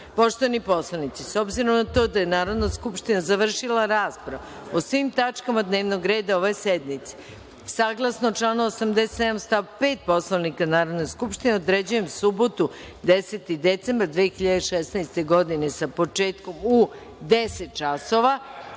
celini. Poštovani poslanici, s obzirom na to da je Narodna skupština završila raspravu o svim tačkama dnevnog reda ove sednice, saglasno članu 87. stav 5. Poslovnika Narodne skupštine, određujem subotu, 10. decembar 2016. godine, sa početkom u 10.00